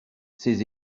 ces